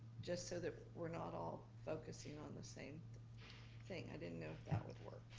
just so that we're not all focusing on the same thing. i didn't know if that would work.